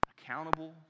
accountable